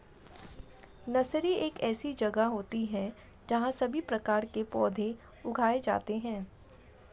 nursery एक ऐसी जगह होती है जहां सभी प्रकार के पौधे उगाए जाते हैं